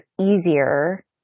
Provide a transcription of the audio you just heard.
easier